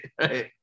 right